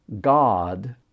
God